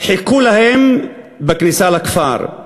חיכו להם בכניסה לכפר,